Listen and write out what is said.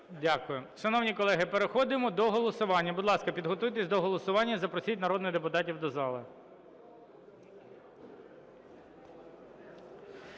Дякую. Шановні колеги, переходимо до голосування. Будь ласка, підготуйтеся до голосування і запросіть народних депутатів до зали.